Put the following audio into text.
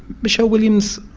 michele williams,